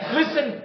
listen